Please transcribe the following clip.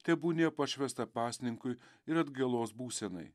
tebūnie pašvęsta pasninkui ir atgailos būsenai